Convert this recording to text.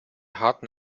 harten